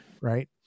Right